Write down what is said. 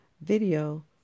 video